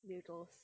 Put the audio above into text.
gave those